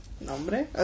Nombre